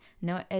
no